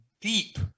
deep